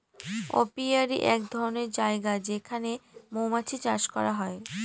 apiary এক ধরনের জায়গা যেখানে মৌমাছি চাষ করা হয়